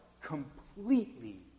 completely